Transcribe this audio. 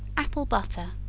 apple butter.